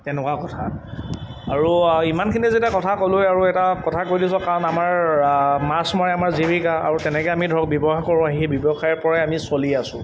তেনেকুৱা কথা আৰু ইমানখিনি যেতিয়া কথা ক'লোৱে আৰু এটা কথা কৈ দিছোঁ কাৰণ আমাৰ মাছ মৰাই আমাৰ জীৱিকা আৰু তেনেকৈ আমি ধৰক ব্যৱসায় কৰোঁ সেই ব্যৱসায়ৰ পৰাই আমি চলি আছোঁ